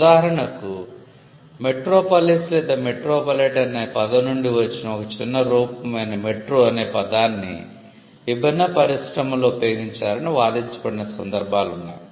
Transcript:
ఉదాహరణకు మెట్రోపాలిస్ లేదా మెట్రోపాలిటన్ అనే పదం నుండి వచ్చిన ఒక చిన్న రూపం అయిన మెట్రో అనే పదాన్ని విభిన్న పరిశ్రమలలో ఉపయోగించారని వాదించబడిన సందర్భాలు ఉన్నాయి